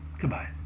Goodbye